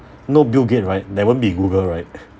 no bill gate right there won't be google right